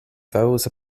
those